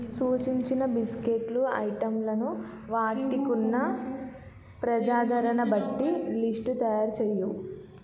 సూచించిన బిస్కెట్లు ఐటెంలను వాటికున్న ప్రజాదరణ బట్టి లిస్టు తయారు చేయు